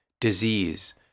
disease